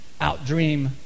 outdream